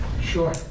Sure